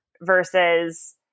versus